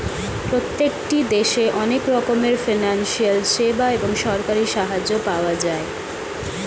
প্রত্যেকটি দেশে অনেক রকমের ফিনান্সিয়াল সেবা এবং সরকারি সাহায্য পাওয়া যায়